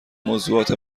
موضوعات